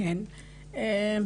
כעת,